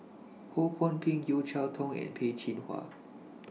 Ho Kwon Ping Yeo Cheow Tong and Peh Chin Hua